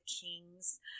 kings